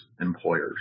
employers